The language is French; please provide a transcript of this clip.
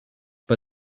pas